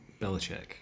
Belichick